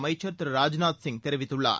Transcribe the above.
அமைச்சர் திரு ராஜ்நாத் சிங் தெரிவித்துள்ளார்